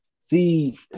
See